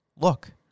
Look